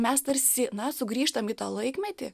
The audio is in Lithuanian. mes tarsi na sugrįžtam į tą laikmetį